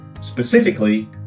specifically